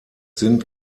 sind